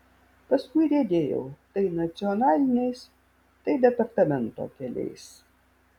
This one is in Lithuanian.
paskui riedėjau tai nacionaliniais tai departamento keliais